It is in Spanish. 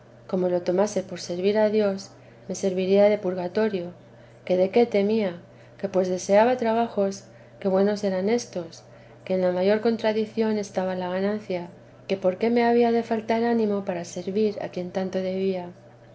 como lo tomase por servir a dios me serviría de purgatorio que de qué temía que pues deseaba trabajos que buenos eran éstos que en la mayor contradición estaba la ganancia que por qué me había de faltar ánimo para servir a quien tanto debía